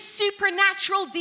supernatural